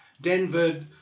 Denver